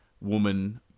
woman